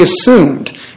assumed